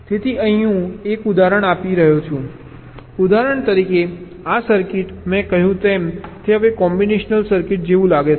તેથી અહીં હું એક ઉદાહરણ આપી રહ્યો છું ઉદાહરણ તરીકે આ સર્કિટ મેં કહ્યું તેમ તે હવે કોમ્બિનેશનલ સર્કિટ જેવું લાગે છે